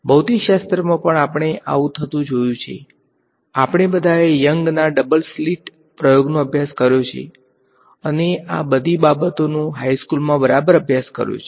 ભૌતિકશાસ્ત્રમાં પણ આપણે આવું થતું જોયું છે આપણે બધાએ યંગના ડબલ સ્લિટ પ્રયોગનો અભ્યાસ કર્યો છે અને આ બધી બાબતોનો હાઈસ્કૂલમાં બરાબર અભ્યાસ કર્યો છે